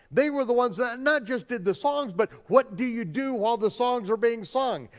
they were the ones that and not just did the songs but what do you do while the songs are being sung.